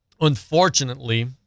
Unfortunately